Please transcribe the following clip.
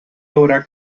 haurà